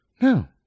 No